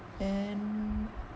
then